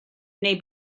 neu